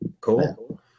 cool